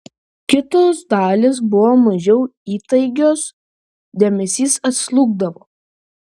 kitos dalys buvo mažiau įtaigios dėmesys atslūgdavo